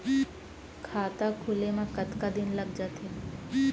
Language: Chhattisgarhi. खाता खुले में कतका दिन लग जथे?